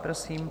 Prosím.